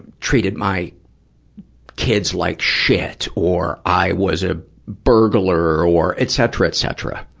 treated my kids like shit or i was a burglar or, etc, etc.